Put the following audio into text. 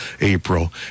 April